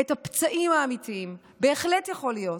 את הפצעים האמיתיים, בהחלט יכול להיות.